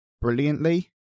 brilliantly